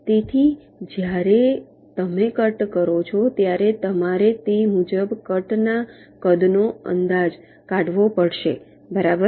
તેથી જ્યારે તમે કટ કરો છો ત્યારે તમારે તે મુજબ કટના કદનો અંદાજ કાઢવો પડશે બરાબર